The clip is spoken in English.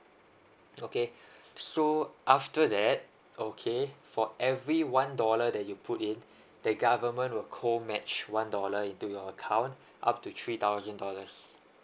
okay so after that okay for every one dollar that you put in the government were cold match one dollar into your account up to three thousand dollars